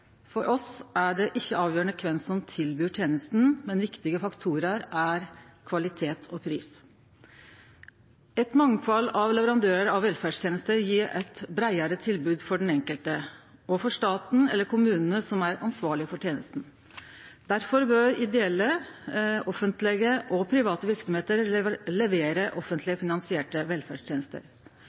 for oss er det ikkje avgjerande kven som tilbyr tenestene, viktige faktorar er kvalitet og pris. Eit mangfald av leverandørar av velferdstenester gir eit breiare tilbod for den enkelte og for staten eller kommunen som er ansvarleg for tenesta. Difor bør offentlege, ideelle og private verksemder levere offentleg finansierte